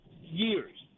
years